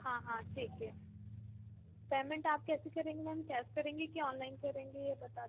हाँ हाँ ठीक है पेमेंट आप कैसे करेंगे मैम कैस करेंगे कि ऑनलाइन करेंगे यह बता दीजिए